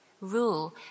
Rule